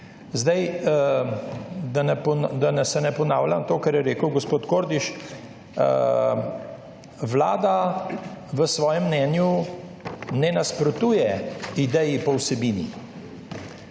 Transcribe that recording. Zdaj, da se ne ponavljam to, kar je rekel gospod Kordiš, vlada v svojem mnenju ne nasprotuje ideji po vsebini.